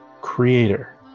creator